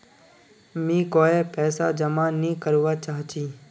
मी कोय पैसा जमा नि करवा चाहची